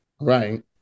right